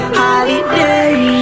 holiday